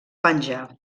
penjar